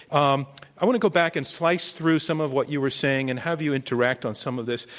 um i want to go back and slice through some of what you were saying and have you interact on some of this.